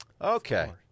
Okay